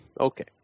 Okay